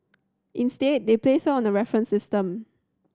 instead they placed her on a reference system